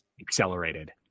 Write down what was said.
accelerated